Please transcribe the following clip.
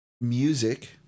music